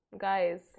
guys